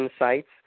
insights